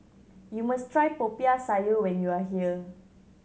you must try Popiah Sayur when you are here